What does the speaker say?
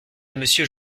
monsieur